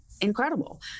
incredible